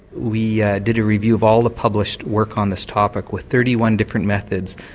we yeah did a review of all the published work on this topic with thirty one different methods.